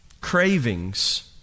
cravings